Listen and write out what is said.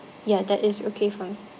ya that is okay fine